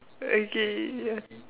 okay ya